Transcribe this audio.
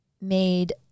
made